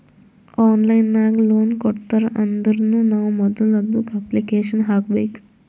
online ನಾಗ್ loan ಕೊಡ್ತಾರ್ ಅಂದುರ್ನು ನಾವ್ ಮೊದುಲ ಅದುಕ್ಕ ಅಪ್ಲಿಕೇಶನ್ ಹಾಕಬೇಕ್